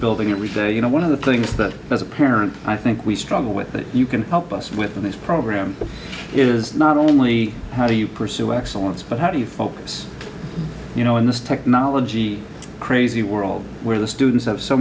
building rich you know one of the things that as a parent i think we struggle with it you can help us with this program is not only how do you pursue excellence but how do you focus you know in this technology crazy world where the students have so